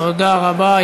תודה רבה.